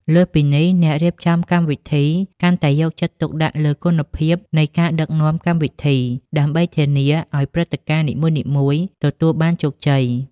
លើសពីនេះ អ្នករៀបចំកម្មវិធីកាន់តែយកចិត្តទុកដាក់លើ គុណភាពនៃការដឹកនាំកម្មវិធី ដើម្បីធានាឱ្យព្រឹត្តិការណ៍នីមួយៗទទួលបានជោគជ័យ។